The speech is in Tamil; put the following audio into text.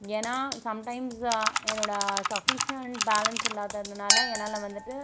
ஏன்னால் சம்டைம்ஸ்ஸு என்னோடய சஃபிசியண்ட் பேலன்ஸ் இல்லாததுனால் என்னால் வந்துட்டு